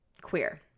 queer